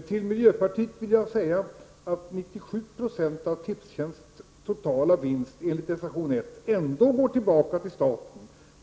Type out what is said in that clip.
Till miljöpartiet vill jag säga att 97 20 av Tipstjänsts totala vinst — enligt reservation nr 1 — ändå går tillbaka till staten,